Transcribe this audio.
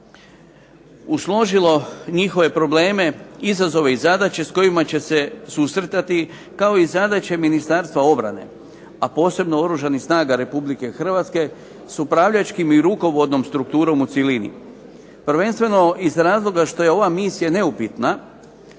usložilo njihove probleme, izazove i zadaće s kojima će se susretati kao i zadaće Ministarstva obrane, a posebno Oružanih snaga Republike Hrvatske s upravljačkim i rukovodnom strukturom u cjelini. Prvenstveno iz razloga što je ova misija neupitna